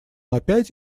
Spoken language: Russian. опять